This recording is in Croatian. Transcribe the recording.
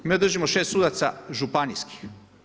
Mi držimo 6 sudaca županijskih.